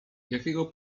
jakiego